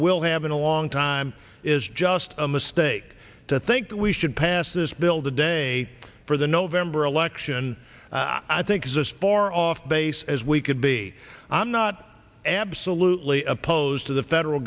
will have in a long time is just a mistake to think that we should pass this bill today for the november election i think exist far off base as we could be i'm not absolutely opposed to the federal